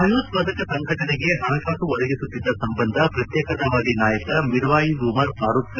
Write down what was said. ಭಯೋತ್ಪಾದಕ ಸಂಘಟನೆಗೆ ಹಣಕಾಸು ಒದಗಿಸುತ್ತಿದ್ದ ಸಂಬಂಧ ಪ್ರತ್ತೇಕತಾ ವಾದಿ ನಾಯಕ ಮಿರ್ವಾಯಿಜ್ ಉಮರ್ ಫಾರೂಖ್